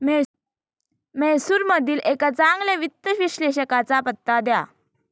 म्हैसूरमधील एका चांगल्या वित्त विश्लेषकाचा पत्ता द्या